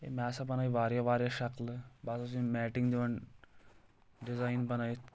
ہے مےٚ ہسا بنٲے واریاہ واریاہ شکلہٕ بہٕ ہسا اوسُس یہِ میٹنٛگ دِوان ڈیزاین بنٲیِتھ